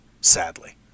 sadly